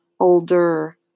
older